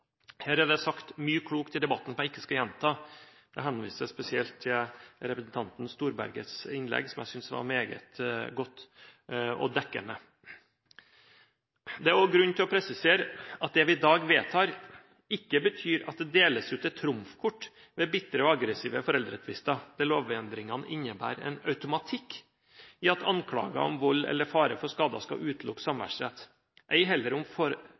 Her er det sagt mye klokt i debatten som jeg ikke skal gjenta – jeg henviser spesielt til representanten Storbergets innlegg, som jeg syntes var meget godt og dekkende. Det er også grunn til å presisere at det vi i dag vedtar, ikke betyr at det deles ut et trumfkort ved bitre og aggressive foreldretvister, der lovendringene innebærer en automatikk i at anklager om vold eller fare for skader skal utelukke samværsrett, ei heller